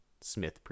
Smith